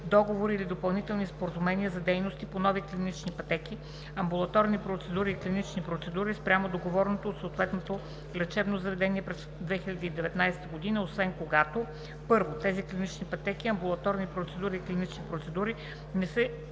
договори или допълнителни споразумения за дейности по нови клинични пътеки, амбулаторни процедури и клинични процедури, спрямо договореното от съответното лечебно заведение през 2019 г., освен когато: 1. тези клинични пътеки, амбулаторни процедури и клинични процедури не са